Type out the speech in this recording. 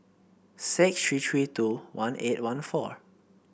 six three three two one eight one four